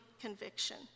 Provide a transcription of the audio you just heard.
conviction